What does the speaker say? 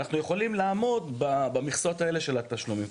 אנחנו יכולים לעמוד במכסות האלה של התשלומים.